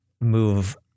move